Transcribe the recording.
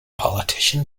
politician